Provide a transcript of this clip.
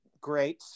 great